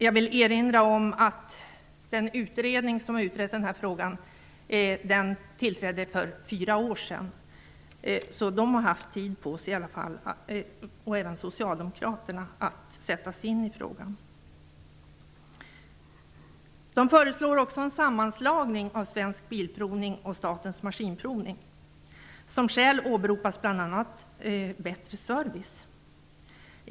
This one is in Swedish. Jag vill erinra om att den utredning som har utrett den här frågan tillträdde för fyra år sedan. Därför har den, och även socialdemokraterna, haft tid att sätta sig in i frågan. Socialdemokraterna föreslår också en sammanslagning av Svensk Bilprovning och Statens maskinprovningar. Som skäl åberopas bl.a. att det skulle bli en bättre service.